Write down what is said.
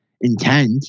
intent